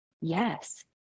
Yes